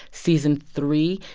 season three,